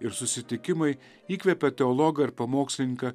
ir susitikimai įkvepia teologą pamokslininką